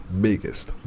biggest